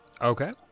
Okay